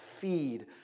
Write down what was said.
feed